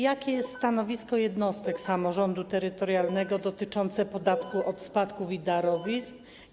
Jakie jest stanowisko jednostek samorządu terytorialnego dotyczące podatku od spadków i darowizn?